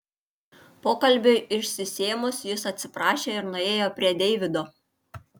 pokalbiui išsisėmus jis atsiprašė ir nuėjo prie deivido